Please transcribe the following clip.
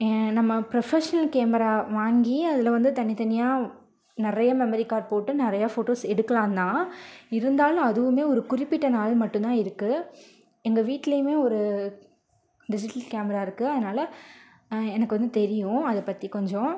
நம்ப professional camera வாங்கி அதில் வந்து தனித்தனியாக நிறைய மெமரி கார்ட் போட்டு நிறைய ஃபோட்டோஸ் எடுக்கலான் தான் இருந்தாலும் அதுவும் ஒரு குறிப்பிட்ட நாள் மட்டுந்தான் இருக்குது எங்கள் வீட்லியுமே ஒரு டிஜிட்டல் கேமராயிருக்கு அதனால எனக்கு வந்து தெரியும் அதை பற்றி கொஞ்சம்